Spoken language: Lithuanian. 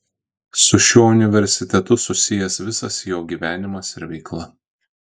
su šiuo universitetu susijęs visas jo gyvenimas ir veikla